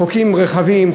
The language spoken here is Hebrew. חוקים רחבים,